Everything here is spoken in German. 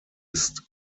ist